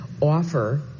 offer